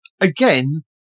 again